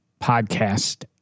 podcast